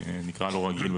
נקרא לו רגיל,